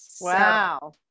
Wow